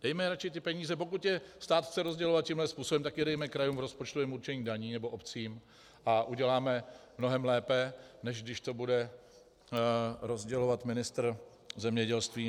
Dejme radši ty peníze, pokud je stát chce rozdělovat tímhle způsobem, tak je dejme krajům v rozpočtovém určení daní nebo obcím a uděláme mnohem lépe, než když to bude rozdělovat ministr zemědělství.